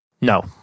no